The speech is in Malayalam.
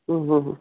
മ് മ് മ്